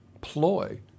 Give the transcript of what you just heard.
ploy